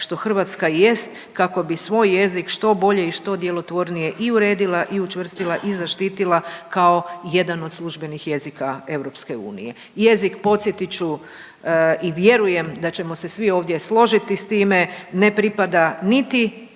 što Hrvatska i jest kako bi svoj jezik što bolje i što djelotvornije i uredila i učvrstila i zaštitila kao jedan od službenih jezika EU. Jezik, podsjetit ću i vjerujem da ćemo se svi ovdje složiti s time, ne pripada niti